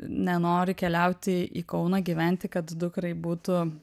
nenori keliauti į kauną gyventi kad dukrai būtų